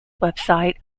website